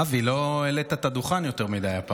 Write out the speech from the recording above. אבי, לא העלית את הדוכן הפעם יותר מדי.